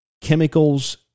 chemicals